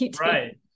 Right